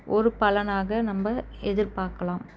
ஒரு பலனாக நம்ம எதிர்பார்க்கலாம்